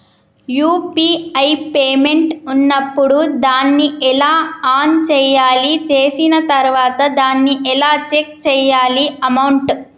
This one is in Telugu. యూ.పీ.ఐ పేమెంట్ ఉన్నప్పుడు దాన్ని ఎలా ఆన్ చేయాలి? చేసిన తర్వాత దాన్ని ఎలా చెక్ చేయాలి అమౌంట్?